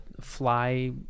fly